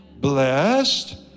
Blessed